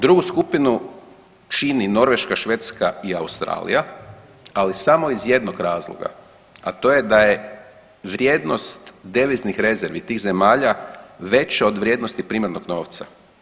Drugu skupinu čini Norveška, Švedska i Australija, ali samo iz jednog razloga, a to je da je vrijednost deviznih rezervi tih zemalja veća od vrijednosti primarnog novca.